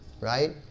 right